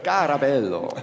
Carabello